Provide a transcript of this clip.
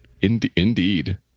indeed